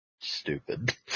stupid